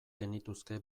genituzke